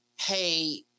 hey